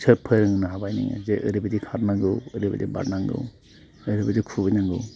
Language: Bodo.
फोरोंनो हाबाय नोङो जे ओरैबादि खारनांगौ ओरैबादि बारनांगौ ओरैबादि खुबैनांगौ